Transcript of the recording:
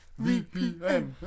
VPN